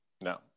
No